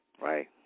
right